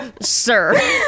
sir